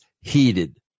heated